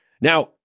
Now